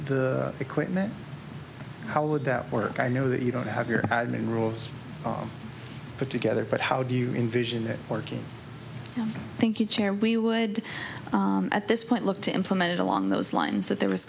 the equipment how would that work i know that you don't have your new rules put together but how do you envision that working thank you chair we would at this point look to implemented along those lines that there was